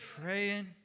praying